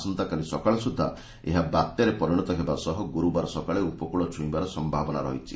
ଆସନ୍ତାକାଲି ସକାଳ ସୁଦ୍ଧା ଏହା ବାତ୍ୟାରେ ପରିଣତ ହେବା ସହ ଗୁରୁବାର ସକାଳେ ଉପକୂଳ ଛୁଇଁବାର ସମ୍ଭାବନା ରହିଛି